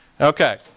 Okay